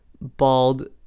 bald